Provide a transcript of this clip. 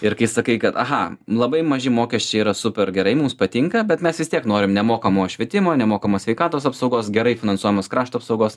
ir kai sakai kad aha labai maži mokesčiai yra super gerai mums patinka bet mes vis tiek norim nemokamo švietimo nemokamos sveikatos apsaugos gerai finansuojamos krašto apsaugos